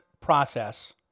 process